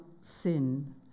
sin